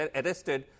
arrested